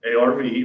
ARV